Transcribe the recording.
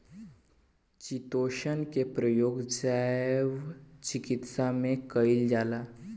chitosan के प्रयोग जैव चिकित्सा में कईल जाला